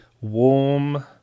warm